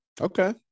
Okay